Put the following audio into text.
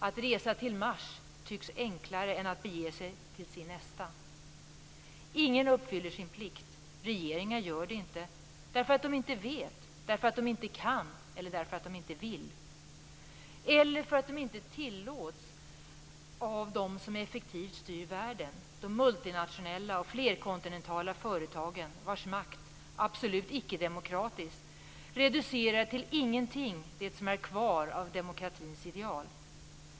Att resa till Mars tycks enklare än att bege sig till sin nästa. Ingen uppfyller sin plikt. Regeringar gör det inte, därför att de inte vet, därför att de inte kan eller därför att de inte vill. Eller för att de inte tillåts av de som effektivt styr världen: de multinationella och flerkontinentala företagen vars makt - absolut icke-demokratisk - reducerar till ingenting det som är kvar av demokratins ideal.